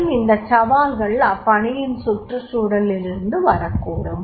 மேலும் இந்த சவால்கள் அப்பணியின் சுற்றுச்சூழலில் இருந்து வரக்கூடும்